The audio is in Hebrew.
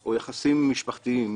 או יחסים משפחתיים